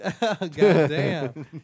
Goddamn